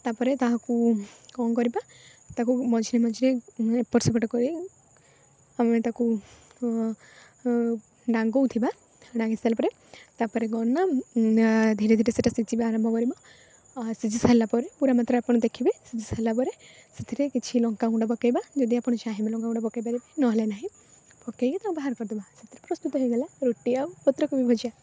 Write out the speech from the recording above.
ତାପରେ ତାହାକୁ କ'ଣ କରିବା ତାକୁ ମଝିରେ ମଝିରେ ଏପଟସେପଟ କରି ଆମେ ତାକୁ ଡାଙ୍ଗଉ ଥିବା ଡାଙ୍ଗେଇ ସାରିଲାପରେ ତାପରେ କ'ଣ ନା ଧୀରେଧୀରେ ସେଟା ସିଝିବା ଆରମ୍ଭ କରିବ ସିଝି ସାରିଲାପରେ ପୁରା ମାତ୍ରାରେ ଆପଣ ଦେଖିବେ ସିଝି ସାରିଲାପରେ ସେଥିରେ କିଛି ଲଙ୍କାଗୁଣ୍ଡ ପକେଇବା ଯଦି ଆପଣ ଚାହିଁବେ ଲଙ୍କାଗୁଣ୍ଡ ପକେଇପାରିବେ ନହେଲେ ନାହିଁ ପକେଇକି ତାକୁ ବାହାର କରିଦେବା ସେଥିରେ ପ୍ରସ୍ତୁତ ହେଇଗଲା ରୁଟି ଆଉ ପତ୍ରକୋବି ଭଜା